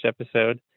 episode